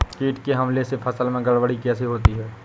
कीट के हमले से फसल में गड़बड़ी कैसे होती है?